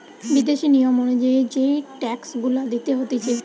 বিদেশি নিয়ম অনুযায়ী যেই ট্যাক্স গুলা দিতে হতিছে